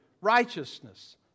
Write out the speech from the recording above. righteousness